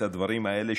הדברים האלה,